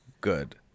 good